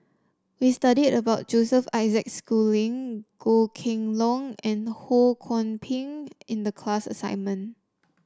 we studied about Joseph Isaac Schooling Goh Kheng Long and Ho Kwon Ping in the class assignment